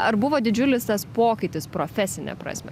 ar buvo didžiulis tas pokytis profesine prasme